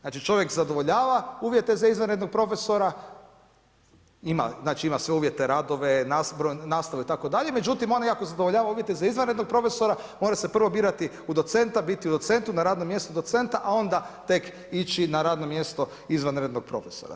Znači čovjek zadovoljava uvjete za izvanrednog profesora, ima sve uvjete, radove, naslove itd., međutim nikako zadovoljava uvjete za izvanrednog profesora, mora se prvo birati u docenta, biti u docentu, na radnom mjestu docenta a onda tek na radno mjesto izvanrednog profesora.